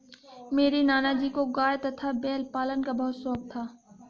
मेरे नाना जी को गाय तथा बैल पालन का बहुत शौक था